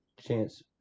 chance